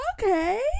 Okay